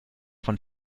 von